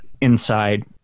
inside